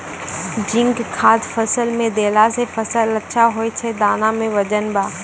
zinc खाद फ़सल मे देला से फ़सल अच्छा होय छै दाना मे वजन ब